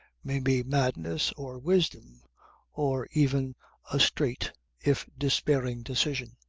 may be madness or wisdom or even a straight if despairing decision.